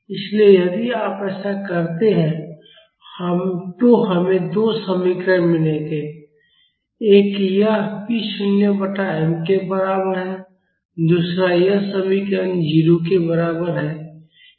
इसलिए यदि आप ऐसा करते हैं तो हमें दो समीकरण मिलेंगे एक यह p शून्य बटा m के बराबर है दूसरा यह समीकरण 0 के बराबर है